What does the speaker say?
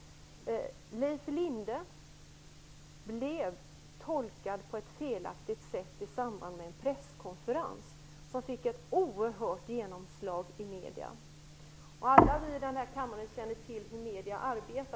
Leif Linde blev tolkad på ett felaktigt sätt i samband med en presskonferens. Detta fick ett oerhört genomslag i medierna. Alla vi i denna kammare känner till hur medierna arbetar.